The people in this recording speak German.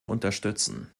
unterstützen